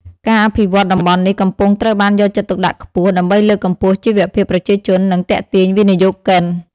ការអភិវឌ្ឍន៍តំបន់នេះកំពុងត្រូវបានយកចិត្តទុកដាក់ខ្ពស់ ដើម្បីលើកកម្ពស់ជីវភាពប្រជាជន និងទាក់ទាញវិនិយោគិន។